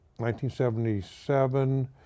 1977